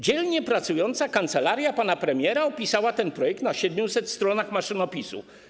Dzielnie pracująca kancelaria pana premiera opisała ten projekt na 700 stronach maszynopisu.